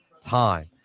time